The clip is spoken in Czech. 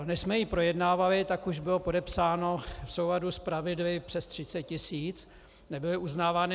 Než jsme ji projednávali, tak už bylo podepsáno v souladu s pravidly přes 30 tisíc, nebyly uznávány.